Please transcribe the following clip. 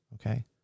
okay